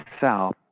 south